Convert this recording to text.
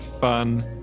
fun